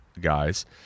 guys